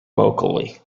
vocally